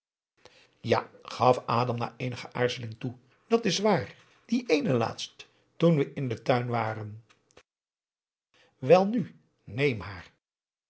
ja gaf adam na eenige aarzeling toe dat is waar die ééne laatst toen we in den tuin waren welnu neem haar